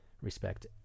respect